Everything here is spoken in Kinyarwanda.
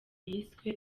yiswe